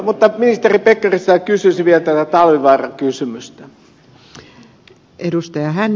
mutta ministeri pekkariselta kysyisin vielä tätä talvivaara kysymystä